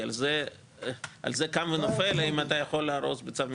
כי על זה קם ונופל האם אתה יכול להרוס בצו מנהלי.